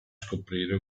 scoprire